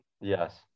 Yes